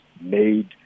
made